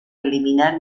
eliminar